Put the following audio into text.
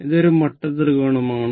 ഇത് ഒരു മട്ടത്രികോണമാണ്